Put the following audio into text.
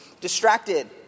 distracted